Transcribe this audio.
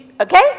Okay